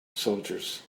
soldiers